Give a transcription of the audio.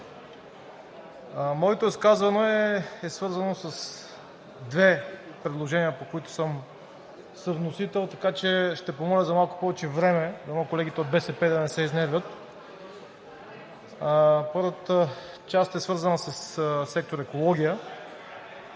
Моето изказване е свързано с две предложения, по които съм съвносител, така че ще помоля за малко повече време. Дано колегите от БСП да не се изнервят. Първата част е свързана със сектор „Екология“.